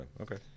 okay